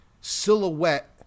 silhouette